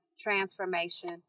transformation